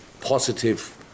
positive